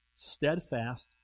Steadfast